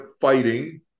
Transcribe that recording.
fighting